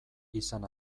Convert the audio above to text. izan